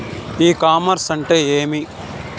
ఇ commerce అంటే ఏమి?